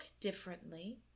differently